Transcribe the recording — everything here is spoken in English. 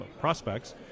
prospects